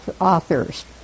authors